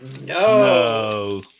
No